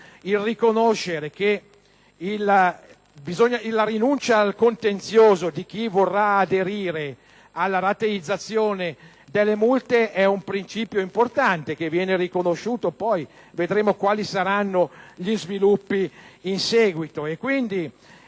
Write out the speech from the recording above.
onorevoli colleghi, la rinuncia al contenzioso di chi vorrà aderire alla rateizzazione delle multe è un principio importante, che viene riconosciuto. Vedremo poi quali saranno gli sviluppi successivi.